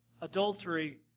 adultery